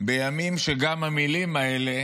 בימים שגם המילים האלה